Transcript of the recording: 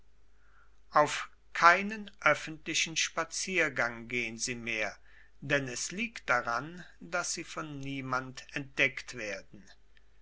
auf keinen öffentlichen spaziergang gehen sie mehr denn es liegt daran daß sie von niemand entdeckt werden